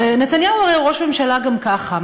הרי נתניהו הוא ראש ממשלה גם ככה,